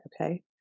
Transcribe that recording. Okay